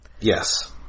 Yes